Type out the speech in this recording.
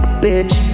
bitch